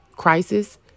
crisis